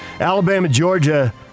Alabama-Georgia